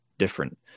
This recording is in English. different